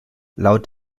laut